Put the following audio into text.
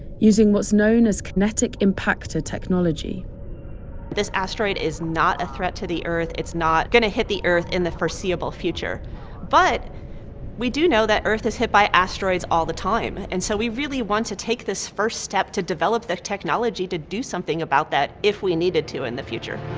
using what's known as kinetic-impactor technology this asteroid is not a threat to the earth, it's not going to hit the earth in the foreseeable future but we do know that earth is hit by asteroids all the time and so we really want to take this first step, to develop the technology to do something about that, if we needed to in the future